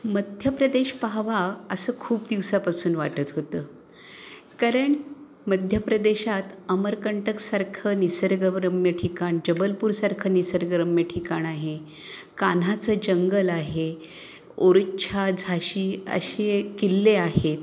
मध्यप्रदेश पाहावा असं खूप दिवसापासून वाटत होतं कारण मध्यप्रदेशात अमरकंटकसारखं निसर्गरम्य ठिकाण जबलपूरसारखं निसर्गरम्य ठिकाण आहे कान्हाचं जंगल आहे ओर्च्छा झांशी असे किल्ले आहेत